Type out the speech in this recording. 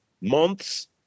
months